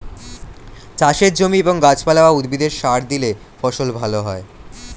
চাষের জমি এবং গাছপালা বা উদ্ভিদে সার দিলে ফসল ভালো হয়